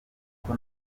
kuko